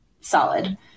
solid